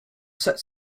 set